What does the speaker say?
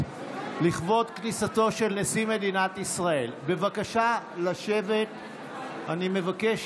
/ כ"א-כ"ב בחשוון התשפ"ב / 16-15 בנובמבר 2022 / 1 חוברת א'